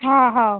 हो हो